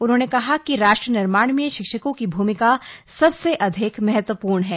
उन्होंने कहा कि राष्ट्र निर्माण में शिक्षकों की भूमिका सबसे अधिक महत्वपूर्ण है